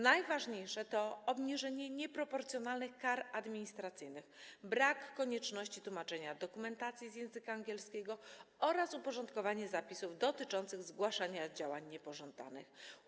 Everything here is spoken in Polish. Najważniejsze zmiany to: obniżenie nieproporcjonalnych kar administracyjnych, brak konieczności tłumaczenia dokumentacji z języka angielskiego oraz uporządkowanie zapisów dotyczących zgłaszania działań niepożądanych.